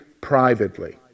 privately